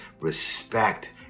respect